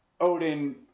Odin